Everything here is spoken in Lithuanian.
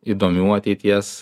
įdomių ateities